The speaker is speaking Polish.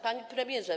Panie Premierze!